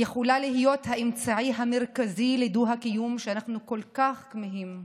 יכולה להיות האמצעי המרכזי לדו-קיום שאנחנו כל כך כמהים לו,